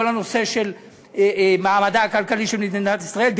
הנושא של מעמדה הכלכלי של מדינת ישראל.